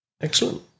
Excellent